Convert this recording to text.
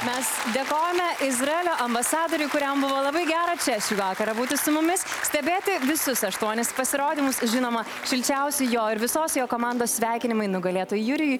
mes dėkojame izraelio ambasadoriui kuriam buvo labai gera čia šį vakarą būti su mumis stebėti visus aštuonis pasirodymus žinoma šilčiausi jo ir visos jo komandos sveikinimai nugalėtojui jurijui